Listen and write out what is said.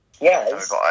Yes